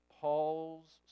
Paul's